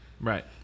Right